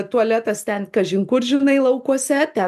tualetas ten kažin kur žinai laukuose ten